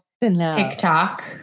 TikTok